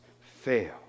fail